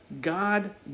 God